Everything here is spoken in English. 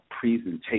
presentation